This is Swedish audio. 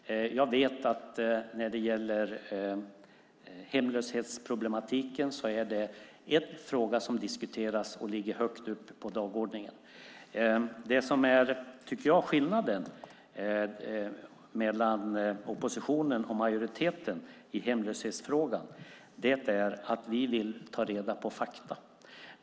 Jag vet att hemlöshetsproblematiken är en fråga som diskuteras och ligger högt på dagordningen. Skillnaden mellan oppositionen och majoriteten vad gäller hemlöshetsfrågan är att vi vill ta reda på fakta.